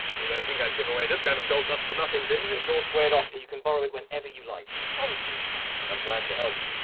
you don't think i'd give away this kind of gold dust for nothing, do you? it's all squared off, you can borrow it whenever you like. thank you, chapman. i'm glad to help.